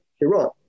Iran